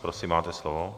Prosím, máte slovo.